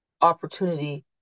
opportunity